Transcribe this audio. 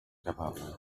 kapablojn